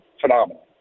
phenomenal